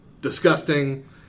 disgusting